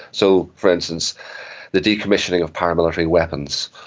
so for instance the decommissioning of paramilitary weapons,